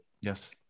Yes